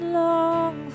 long